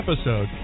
episode